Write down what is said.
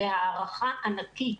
בהערכה ענקית,